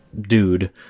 dude